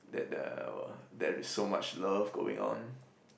that uh there is so much love going on